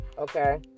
Okay